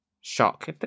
shock